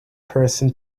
person